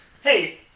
hey